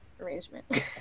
arrangement